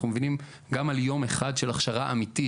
אנחנו מבינים גם על יום אחד של הכשרה אמיתית,